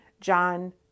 John